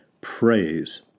Praise